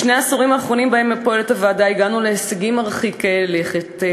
בשני העשורים האחרונים שבהם הוועדה פועלת הגענו להישגים מרחיקי לכת,